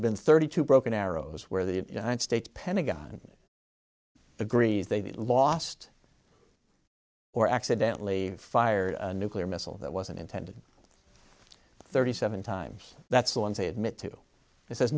have been thirty two broken arrows where the united states pentagon agrees they lost or accidentally fired a nuclear missile that wasn't intended thirty seven times that's the ones they admit to it says